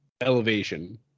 elevation